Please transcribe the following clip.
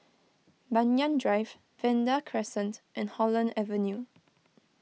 Banyan Drive Vanda Crescent and Holland Avenue